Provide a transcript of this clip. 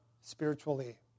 spiritually